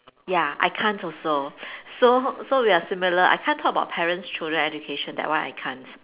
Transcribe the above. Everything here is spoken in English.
ya I can't also so so we are similar I can't talk about parents children education that one I can't